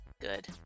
good